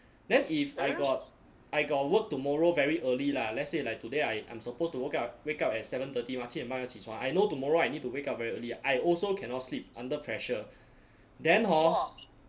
then if I got I got work tomorrow very early lah let's say like today I I'm supposed to wake up wake up at seven thirty mah 七点半要起床 I know tomorrow I need to wake up very early I also cannot sleep under pressure then hor